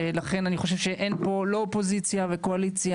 לכן, אני חושב שאין פה קואליציה ואופוזיציה.